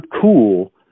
cool